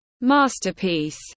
masterpiece